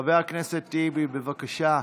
חבר הכנסת טיבי, בבקשה.